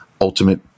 Ultimate